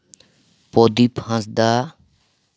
Pradip Hansda